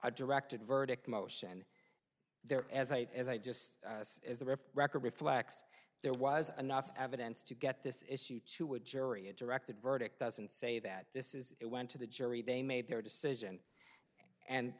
a directed verdict motion there as a as i just as the rift record reflects there was enough evidence to get this issue to a jury a directed verdict doesn't say that this is it went to the jury they made their decision and